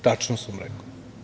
Tačno sam rekao.